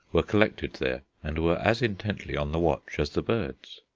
were collected there and were as intently on the watch as the birds.